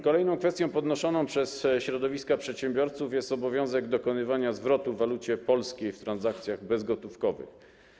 Kolejną kwestią podnoszoną przez środowiska przedsiębiorców jest obowiązek dokonywania zwrotu w walucie polskiej w transakcjach bezgotówkowych.